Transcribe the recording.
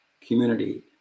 community